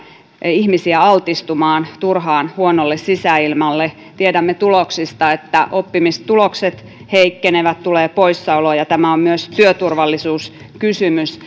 ihmisiä altistumaan turhaan huonolle sisäilmalle tiedämme tuloksista että oppimistulokset heikkenevät tulee poissaoloja ja tämä on myös työturvallisuuskysymys